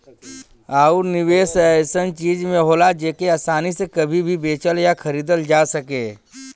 आउर निवेस ऐसन चीज में होला जेके आसानी से कभी भी बेचल या खरीदल जा सके